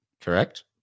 Correct